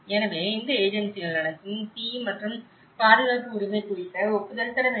எனவே இந்த ஏஜென்சிகள் அனைத்தும் தீ மற்றும் பாதுகாப்பு உரிமை குறித்த ஒப்புதல் தர வேண்டும்